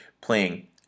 playing